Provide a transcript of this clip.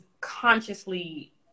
consciously